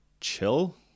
chill